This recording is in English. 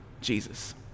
Jesus